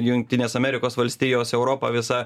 jungtinės amerikos valstijos europa visa